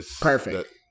Perfect